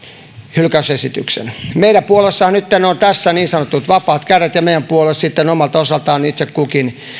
hylkäysesityksen meidän puolueessa nytten on tässä niin sanotut vapaat kädet ja meidän puolueessa sitten omalta osaltaan itse kukin